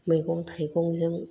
मैगं थाइगंजों